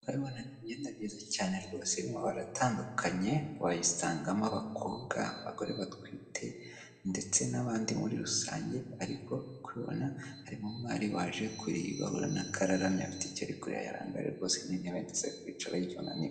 Urabibona ni imyenda myiza cyane rwose iri mu mabara atandukanye, wayisangamo abakobwa, abagore batwite ndetse n'abandi muri rusange, ariko uko ubibona harimo umwari waje kuyireba, urabibona ko araramye afite icyo ari kurebana yaranga rwose n'intebe ndetse yo kwicara ho kuko aniwe.